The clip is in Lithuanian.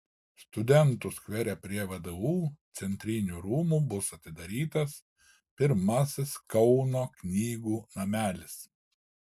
studentų skvere prie vdu centrinių rūmų bus atidarytas pirmasis kauno knygų namelis